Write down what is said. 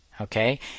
Okay